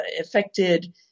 affected